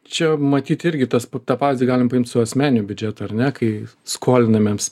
čia matyt irgi tas tą pavyzdį galim paimt su asmeniniu biudžetu ar ne kai skolinamės